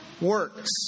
works